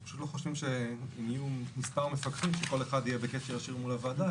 אנחנו לא חושבים שיהיו מספר מפקחים שכל אחד יהיה בקשר ישיר מול הוועדה,